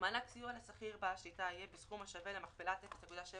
מענק סיוע לשכיר בעל שליטה יהיה בסכום השווה למכפלת 0.7